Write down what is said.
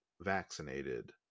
vaccinated